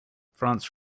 france